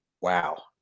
wow